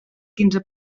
quinze